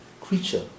creature